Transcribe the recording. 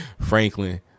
Franklin